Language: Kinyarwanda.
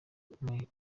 iburanisha